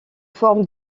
forme